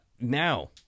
Now